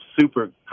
super